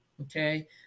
okay